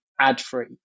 ad-free